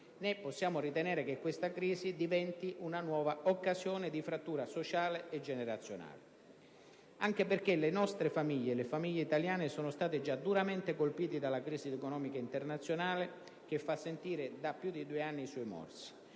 Né possiamo ritenere che questa crisi diventi una nuova occasione di frattura sociale e generazionale, anche perché le nostre famiglie, le famiglie italiane, sono state già duramente colpite dalla crisi economica internazionale, che fa sentire da più di due anni i suoi morsi.